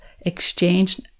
exchange